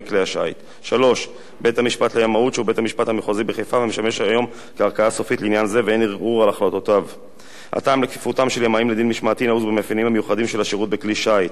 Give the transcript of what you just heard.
המפקח על הימאים שמונה בידי מנהל רשות הספנות והנמלים במשרד התחבורה,